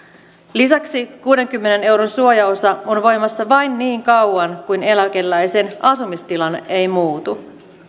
lisäksi kuudenkymmenen euron suojaosa on voimassa vain niin kauan kuin eläkeläisen asumistilanne ei muutu